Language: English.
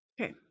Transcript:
Okay